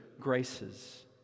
graces